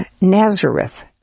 Nazareth